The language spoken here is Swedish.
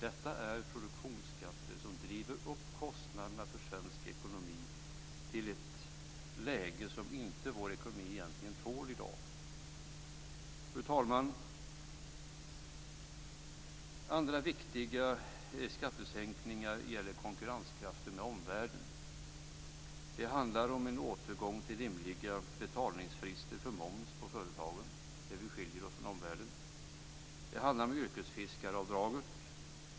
Detta är produktionsskatter som driver upp kostnaderna för svensk ekonomi till ett läge som vår ekonomi egentligen inte tål i dag. Fru talman! Andra viktiga skattesänkningar gäller konkurrenskraften med omvärlden. Det handlar om en återgång till rimliga betalningsfrister för moms på företagen, där vi skiljer oss från omvärlden. Det handlar om yrkesfiskaravdraget.